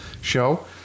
show